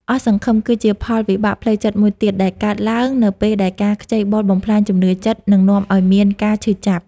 អស់សង្ឃឹម គឺជាផលវិបាកផ្លូវចិត្តមួយទៀត ដែលកើតឡើងនៅពេលដែលការខ្ចីបុលបំផ្លាញជំនឿចិត្ត និងនាំឲ្យមានការឈឺចាប់។